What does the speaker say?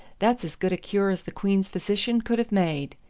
that's as good a cure as the queen's physician could have made.